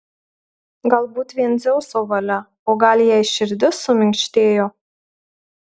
galbūt vien dzeuso valia o gal jai širdis suminkštėjo